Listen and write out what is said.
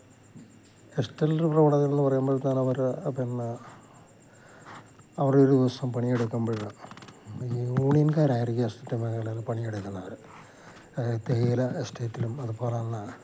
estate പ്രവണതയെന്ന് പറയുമ്പോഴേക്ക് അവര് പിന്നെ അവരൊരു ദിവസം പണിയെടുക്കുമ്പോള് ഈ യൂണിയൻകാരായിരിക്കും എസ്റ്റേറ്റ് മേഖലയിൽ പണിയെടുക്കുന്നവര് തേയില എസ്റ്റേറ്റിലും അതുപോലെ തന്നെ